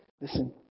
Listen